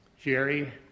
Jerry